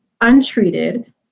untreated